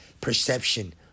perception